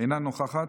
אינה נוכחת.